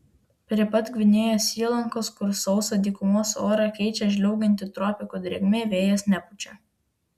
prie pat gvinėjos įlankos kur sausą dykumos orą keičia žliaugianti tropikų drėgmė vėjas nepučia